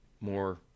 more